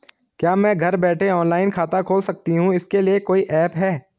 क्या मैं घर बैठे ऑनलाइन खाता खोल सकती हूँ इसके लिए कोई ऐप है?